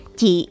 chị